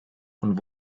und